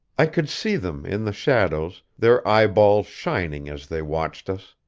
i could see them, in the shadows, their eyeballs shining as they watched us.